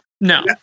No